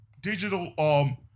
digital